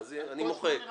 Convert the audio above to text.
אז אני מוחק.